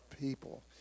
people